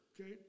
Okay